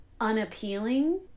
unappealing